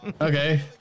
Okay